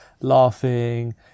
laughing